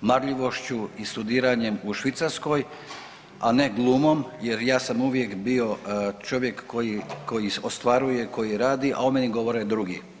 marljivošću i studiranjem u Švicarskoj, a ne glumom jer ja sam uvijek bio čovjek koji ostvaruje, koji rade, a o meni govore drugi.